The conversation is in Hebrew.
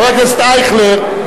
חבר הכנסת אייכלר.